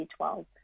b12